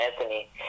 Anthony